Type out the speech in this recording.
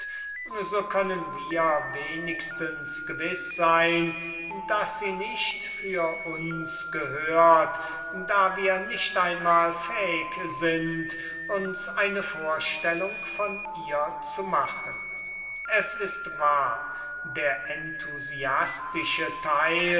so können wir wenigstens gewiß sein daß sie nicht für uns gehört da wir nicht einmal fähig sind uns eine vorstellung davon zu machen es ist wahr der enthusiastische teil